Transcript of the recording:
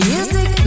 Music